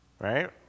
Right